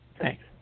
Thanks